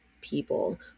people